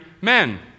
men